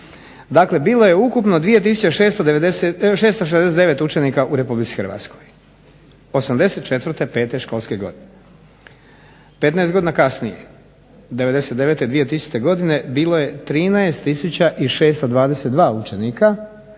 Dakle bilo je ukupno 2 tisuće 669 učenika u Republici Hrvatskoj '84., '85. školske godine. 15 godina kasnije '99, 2000. godine bilo je 13 tisuća i